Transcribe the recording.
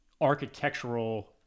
architectural